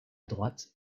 droite